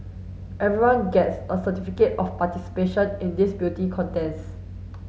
everyone gets a certificate of participation in this beauty contest